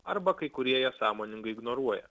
arba kai kurie jie sąmoningai ignoruoja